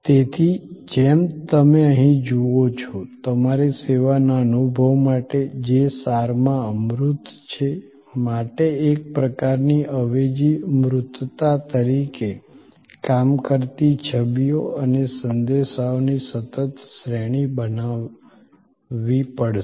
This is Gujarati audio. તેથી જેમ તમે અહીં જુઓ છો તમારે સેવાના અનુભવ માટે જે સારમાં અમૂર્ત છે માટે એક પ્રકારની અવેજી મૂર્તતા તરીકે કામ કરતી છબીઓ અને સંદેશાઓની સતત શ્રેણી બનાવવી પડશે